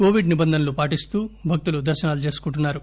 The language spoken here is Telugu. కోవిడ్ నిబంధనలు పాటిస్తూ భక్తులు దర్శనాలు చేసుకుంటున్నారు